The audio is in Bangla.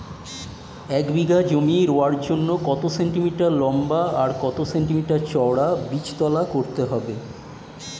এক বিঘা জমি রোয়ার জন্য কত সেন্টিমিটার লম্বা আর কত সেন্টিমিটার চওড়া বীজতলা করতে হবে?